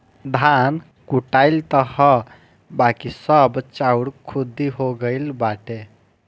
धान कुटाइल तअ हअ बाकी सब चाउर खुद्दी हो गइल बाटे